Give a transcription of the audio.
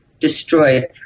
destroyed